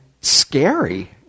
scary